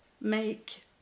make